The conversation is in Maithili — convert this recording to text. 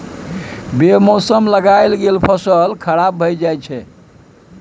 बे मौसम लगाएल गेल फसल खराब भए जाई छै